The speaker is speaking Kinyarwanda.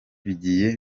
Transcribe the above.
bigiye